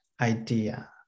idea